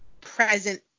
present